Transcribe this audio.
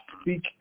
speak